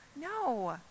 No